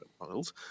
models